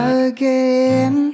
again